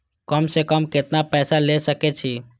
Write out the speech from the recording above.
कम से कम केतना पैसा ले सके छी?